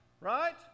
right